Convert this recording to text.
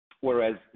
whereas